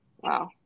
Wow